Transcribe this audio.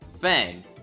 Fang